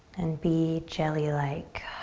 and be jelly-like.